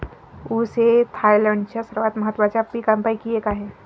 ऊस हे थायलंडच्या सर्वात महत्त्वाच्या पिकांपैकी एक आहे